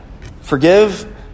forgive